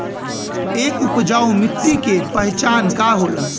एक उपजाऊ मिट्टी के पहचान का होला?